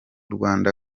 rwanda